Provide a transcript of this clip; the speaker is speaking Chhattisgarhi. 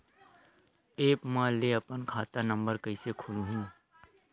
एप्प म ले अपन खाता नम्बर कइसे खोलहु?